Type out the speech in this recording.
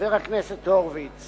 חבר הכנסת הורוביץ